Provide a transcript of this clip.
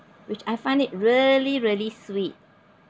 which I find it really really sweet